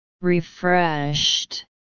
Refreshed